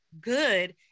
good